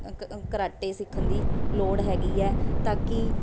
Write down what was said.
ਕ ਕਰਾਟੇ ਸਿੱਖਣ ਦੀ ਲੋੜ ਹੈਗੀ ਹੈ ਤਾਂ ਕਿ